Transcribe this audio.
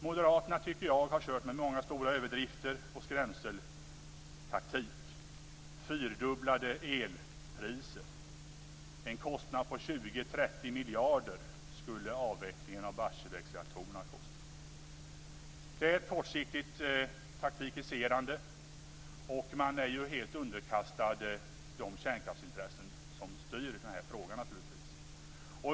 Moderaterna har kört med många stora överdrifter och med skrämseltaktik: Fyrdubblade elpriser och en kostnad på 20-30 miljarder för avvecklingen av Barsebäcksreaktorerna. Det är ett kortsiktigt taktikiserande. Man är naturligtvis helt underkastade de kärnkraftsintressen som styr i den här frågan.